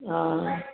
हा